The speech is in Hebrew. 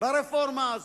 ברפורמה הזו.